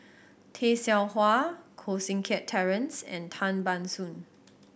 Tay Seow Huah Koh Seng Kiat Terence and Tan Ban Soon